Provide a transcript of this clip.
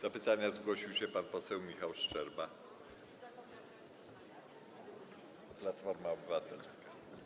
Do pytania zgłosił się pan poseł Michał Szczerba, Platforma Obywatelska.